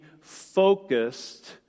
focused